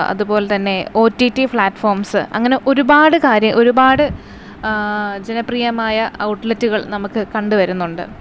അതുപോലെ തന്നെ O T T platforms അങ്ങനെ ഒരുപാട് കാര്യം ഒരുപാട് ജനപ്രിയമായ ഔട്ട്ലെറ്റുകൾ നമുക്ക് കണ്ട് വരുന്നുണ്ട്